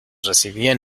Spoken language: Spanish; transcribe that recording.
recibían